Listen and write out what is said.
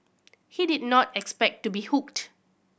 he did not expect to be hooked